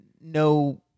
no